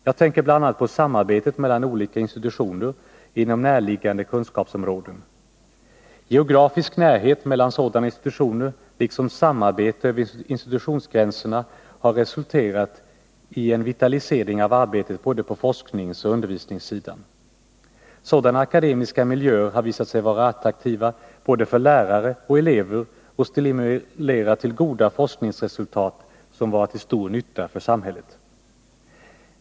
Jag tänker bl.a. på samarbetet mellan olika institutioner inom närliggande kunskapsområden. Geografisk närhet mellan sådana institutioner liksom samarbete över institutionsgränserna har resulterat i en vitalisering av arbetet på både forskningsoch undervisningssidan. Sådana akademiska miljöer har visat sig vara attraktiva för både lärare och elever, och de har stimulerat till goda forskningsresultat som varit till stor nytta för samhället.